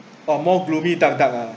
orh more gloomy dark dark ah